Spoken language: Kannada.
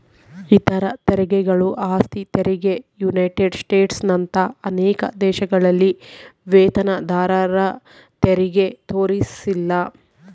ಇತರ ತೆರಿಗೆಗಳು ಆಸ್ತಿ ತೆರಿಗೆ ಯುನೈಟೆಡ್ ಸ್ಟೇಟ್ಸ್ನಂತ ಅನೇಕ ದೇಶಗಳಲ್ಲಿ ವೇತನದಾರರತೆರಿಗೆ ತೋರಿಸಿಲ್ಲ